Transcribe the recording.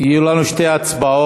יהיו לנו שתי הצבעות.